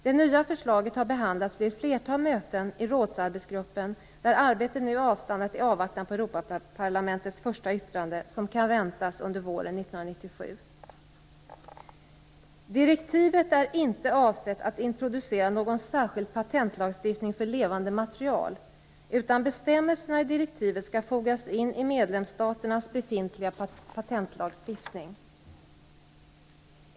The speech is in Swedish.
Det nya förslaget har behandlats vid ett flertal möten i rådsarbetsgruppen, där arbetet nu avstannat i avvaktan på Europaparlamentets första yttrande, som kan väntas under våren 1997. Direktivet är inte avsett att introducera någon särskild patentlagstiftning för levande material, utan bestämmelserna i direktivet skall fogas in i medlemsstaternas befintliga patentlagstiftning.